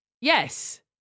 Yes